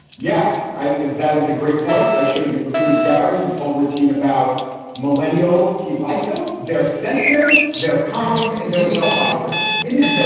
yeah, that is a great point. i should have included gary. his whole routine about millennials. he likes them. they're sensitive. they're kind. and they're well hydrated. it is. so